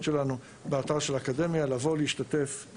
שלנו באתר של האקדמיה ויכולים לבוא ולהשתתף.